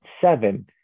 seven